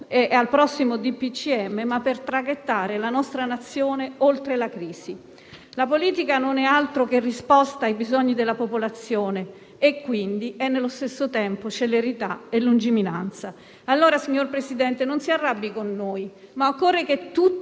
al prossimo DPCM, ma per traghettare la nostra Nazione oltre la crisi. La politica non è altro che una risposta ai bisogni della popolazione, quindi è nello stesso tempo celerità e lungimiranza. Allora, signor Presidente, non si arrabbi con noi; occorre che tutti